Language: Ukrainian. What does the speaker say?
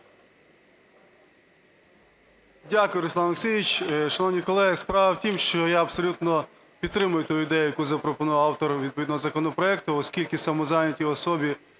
Дякую, Руслан Олексійович. Шановні колеги, справа в тому, що я абсолютно підтримую ту ідею, яку запропонував автор відповідного законопроекту, оскільки самозайняті особи